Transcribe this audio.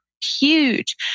huge